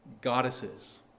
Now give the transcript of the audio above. goddesses